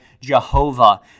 Jehovah